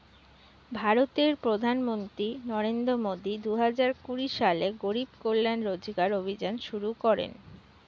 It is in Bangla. ভারতের প্রধানমন্ত্রী নরেন্দ্র মোদি দুহাজার কুড়ি সালে গরিব কল্যাণ রোজগার অভিযান শুরু করেন